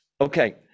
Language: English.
Okay